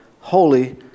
holy